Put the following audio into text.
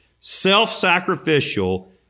self-sacrificial